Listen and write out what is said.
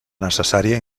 necessària